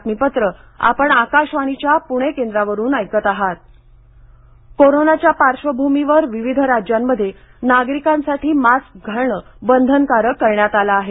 नवी दिल्ली दंड कोरोनाच्या पार्श्वभूमीवर विविध राज्यांमध्ये नागरिकांसाठी मास्क घालणं बंधनकारक करण्यात आलं आहे